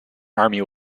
army